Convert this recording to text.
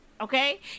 Okay